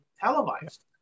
televised